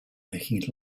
making